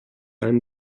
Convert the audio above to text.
einen